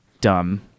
dumb